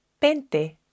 pente